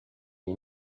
les